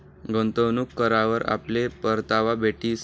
गुंतवणूक करावर आपले परतावा भेटीस